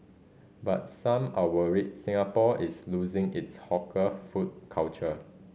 but some are worried Singapore is losing its hawker food culture